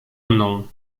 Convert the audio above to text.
mną